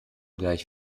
gleich